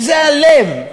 שזה הלב,